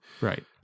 right